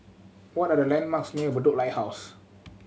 what are the landmarks near Bedok Lighthouse